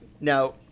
Now